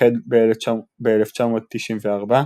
שהחל ב-1994,